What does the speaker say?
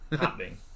happening